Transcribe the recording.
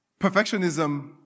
perfectionism